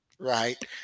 Right